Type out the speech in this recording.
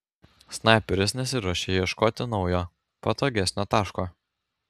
snaiperis nesiruošė ieškoti naujo patogesnio taško